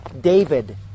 David